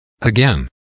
Again